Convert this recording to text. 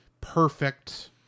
perfect